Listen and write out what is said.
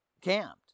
camped